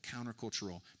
countercultural